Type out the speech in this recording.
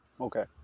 Okay